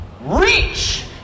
reach